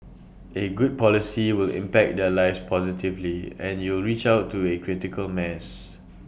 A good policy will impact their lives positively and you'll reach out to A critical mass